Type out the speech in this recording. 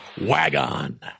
Wagon